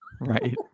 Right